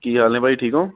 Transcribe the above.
ਕੀ ਹਾਲ ਨੇ ਬਾਈ ਠੀਕ ਹੋ